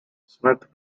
smith